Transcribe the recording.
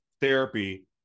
therapy